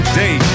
day